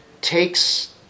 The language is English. takes